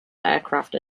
aircraft